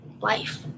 life